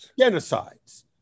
genocides